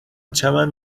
چمن